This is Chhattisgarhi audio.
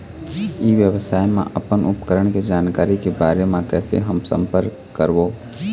ई व्यवसाय मा अपन उपकरण के जानकारी के बारे मा कैसे हम संपर्क करवो?